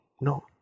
no